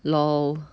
L O L